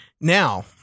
Now